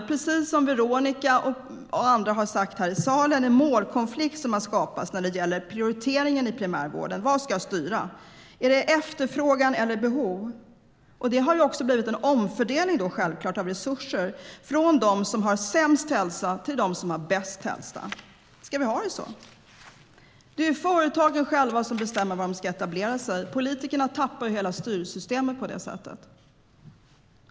Precis som Veronica Palm och andra har sagt här i salen har en målkonflikt skapats när det gäller prioriteringen i primärvården. Vad ska styra? Är det efterfrågan eller behov? Det har självklart också blivit en omfördelning av resurser från dem som har sämst hälsa till dem som har bäst hälsa. Ska vi ha det så? Det är företagen själva som bestämmer var de ska etablera sig. Politikerna tappar på det sättet hela styrsystemet.